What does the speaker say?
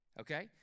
okay